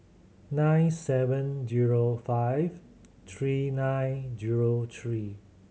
nine seven zero five three nine zero three